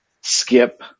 skip